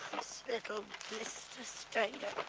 little blister stayed